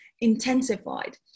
intensified